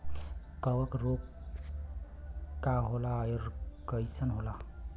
कवक रोग का होला अउर कईसन होला?